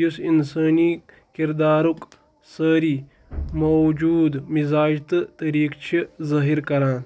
یُس اِنسٲنی کِردارُک سٲری موجوٗد مِزاج تہٕ طریٖق چھِ ظٲہِر کران